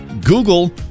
Google